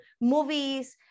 movies